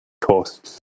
costs